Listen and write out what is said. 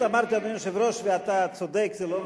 של